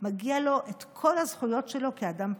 מגיעות לו כל הזכויות שלו כאדם פרטי,